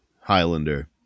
Highlander